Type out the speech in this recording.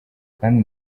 kandi